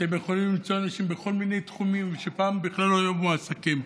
אתם יכולים למצוא בכל מיני תחומים אנשים שפעם בכלל לא היו מועסקים.